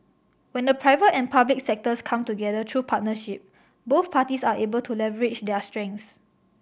when the private and public sectors come together through partnership both parties are able to leverage their strengths